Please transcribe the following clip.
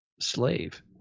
slave